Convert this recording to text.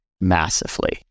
massively